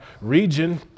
region